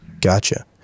Gotcha